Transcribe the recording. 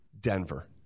Denver